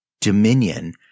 dominion